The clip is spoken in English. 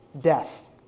Death